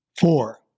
Four